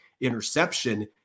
interception